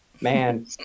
Man